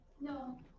No